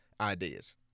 ideas